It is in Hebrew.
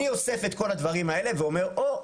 אני אוסף את כל הדברים האלה ואומר או,